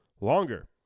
longer